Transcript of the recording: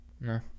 No